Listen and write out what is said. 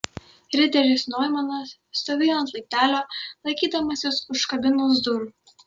riteris noimanas stovėjo ant laiptelio laikydamasis už kabinos durų